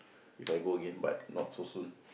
If I go again but not so soon